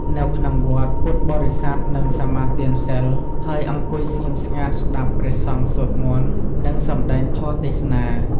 នៅក្នុងវត្ត ពុទ្ធបរិស័ទនឹងសមាទានសីល ហើយអង្គុយស្ងៀមស្ងាត់ស្ដាប់ព្រះសង្ឃសូត្រមន្ត និងសម្ដែងធម៌ទេសនា។